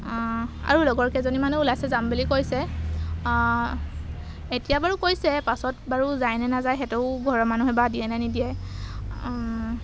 আৰু লগৰ কেইজনীমানো ওলাইছে যাম বুলি কৈছে এতিয়া বাৰু কৈছে পাছত বাৰু যায় নে নাযায় সিহঁতৰো ঘৰৰ মানুহে বা দিয়ে নে নিদিয়ে